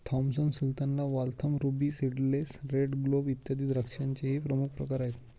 Thompson sultana, Waltham, ruby seedless, red globe, इत्यादी द्राक्षांचेही प्रमुख प्रकार आहेत